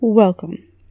Welcome